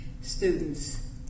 students